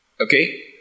Okay